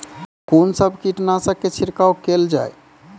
कून सब कीटनासक के छिड़काव केल जाय?